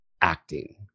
acting